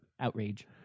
outrage